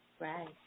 Right